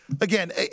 again